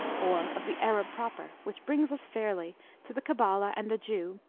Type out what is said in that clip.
or of the arab proper, which brings us fairly to the cabala and the jew,